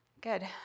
Good